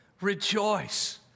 Rejoice